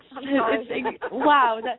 Wow